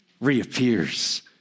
reappears